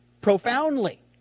Profoundly